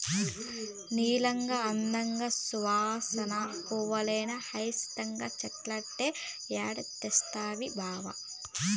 నీలంగా, అందంగా, సువాసన పూలేనా హైసింత చెట్లంటే ఏడ తెస్తవి బావా